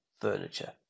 furniture